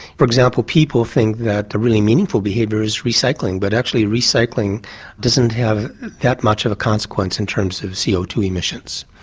for example people think that the really meaningful behaviour is recycling but actually recycling doesn't have that much of a consequence in terms of c o two emissions.